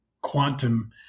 quantum